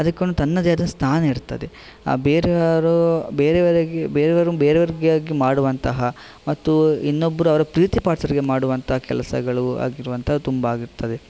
ಅದಕ್ಕೊಂದು ತನ್ನದೇ ಆದ ಸ್ಥಾನ ಇರ್ತದೆ ಆ ಬೇರೆಯವರು ಬೇರೆಯವರಿಗೆ ಬೇರೆಯವರು ಬೇರೆಯವರಿಗಾಗಿ ಮಾಡುವಂತಹ ಮತ್ತು ಇನ್ನೊಬ್ರು ಅವರ ಪ್ರೀತಿ ಪಾತ್ರರಿಗೆ ಮಾಡುವಂತಹ ಕೆಲಸಗಳು ಆಗಿರುವಂಥದ್ದು ತುಂಬಾ ಆಗಿರ್ತದೆ